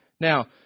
Now